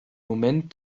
moment